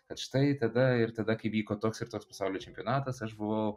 kad štai tada ir tada kai vyko toks ir tos pasaulio čempionatas aš buvau